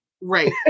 Right